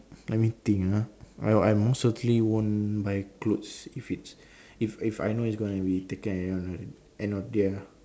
let me think ah I I most certainly won't buy clothes if it's if if I know it's gonna be taken away at the end of at end of the day ah